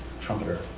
Trumpeter